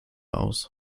aus